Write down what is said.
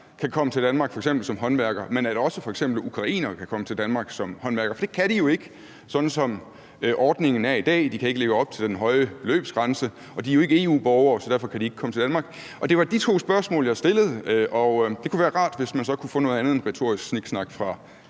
kan komme til Danmark, f.eks. som håndværkere, men at også f.eks. ukrainere kan komme til Danmark som håndværkere? For det kan de jo ikke, sådan som ordningen er i dag. De kan ikke leve op til den høje beløbsgrænse, og de er jo ikke EU-borgere, så derfor kan de ikke komme til Danmark. Det var de to spørgsmål, jeg stillede, og det ville være rart, hvis man så kunne få noget andet end retorisk sniksnak fra